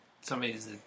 somebody's